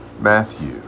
Matthew